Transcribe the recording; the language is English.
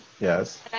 yes